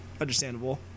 understandable